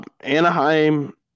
Anaheim